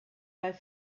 bei